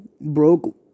Broke